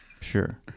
sure